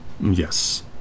Yes